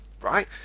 right